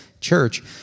church